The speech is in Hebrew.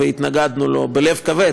והתנגדנו לה בלב כבד,